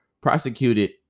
prosecuted